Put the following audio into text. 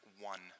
one